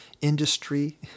industry